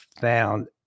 found